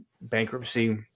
bankruptcy